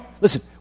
listen